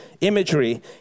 imagery